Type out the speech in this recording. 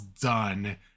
done